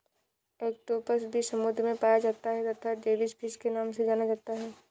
octopus भी समुद्र में पाया जाता है तथा डेविस फिश के नाम से जाना जाता है